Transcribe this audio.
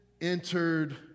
entered